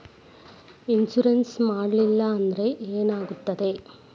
Insurance ಮಾಡಲಿಲ್ಲ ಅಂದ್ರೆ ಏನಾಗುತ್ತದೆ?